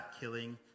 killing